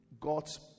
God's